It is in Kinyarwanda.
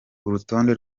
urutonde